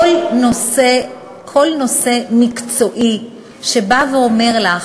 כל גורם מקצועי שבא ואומר לך,